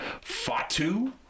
Fatu